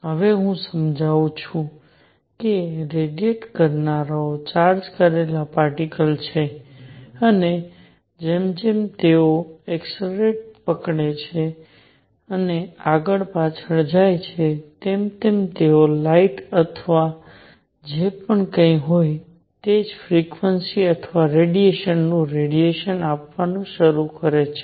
હવે હું સમજાવું છું કે રેડીયેટ કરનારાઓ ચાર્જ કરેલા પાર્ટીક્લ્સ છે અને જેમ જેમ તેઓ એક્સેલેરેટ પકડે છે અને આગળ પાછળ જાય છે તેમ તેમ તેઓ લાઈટઅથવા જે કંઈ પણ હોય તે જ ફ્રિક્વન્સી અને રેડિયેશન નું રેડિયેશન આપવાનું શરૂ કરે છે